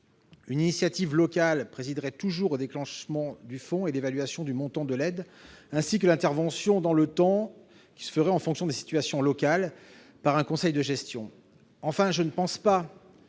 Une initiative locale présiderait toujours au déclenchement du fonds et à l'évaluation du montant de l'aide, et l'intervention dans le temps se ferait en fonction des situations locales, sous l'administration